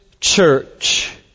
church